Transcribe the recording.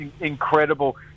incredible